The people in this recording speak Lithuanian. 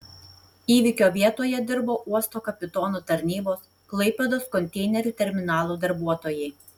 įvykio vietoje dirbo uosto kapitono tarnybos klaipėdos konteinerių terminalo darbuotojai